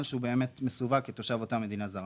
שהוא באמת מסווג כתושב אותה מדינה זרה.